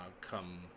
come